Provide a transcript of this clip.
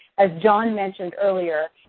as john mentioned earlier,